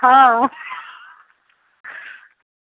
हाँ